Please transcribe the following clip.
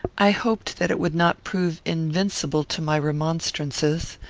i hoped that it would not prove invincible to my remonstrances.